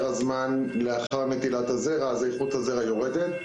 הזמן לאחר נטילת הזרע אז איכות הזרע יורדת.